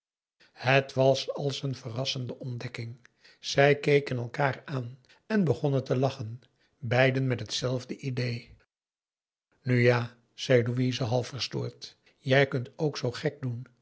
het was als een verrassende ontdekking zij keken elkaar aan en begonnen te lachen beiden met t zelfde idée nu ja zei louise half verstoord jij kunt ook zoo gek doen